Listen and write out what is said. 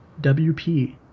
WP